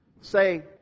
say